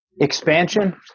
Expansion